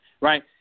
right